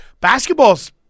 Basketball's